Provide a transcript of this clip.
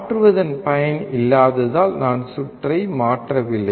மாற்றுவதன் பயன் இல்லாததால் நான் சுற்றை மாற்றவில்லை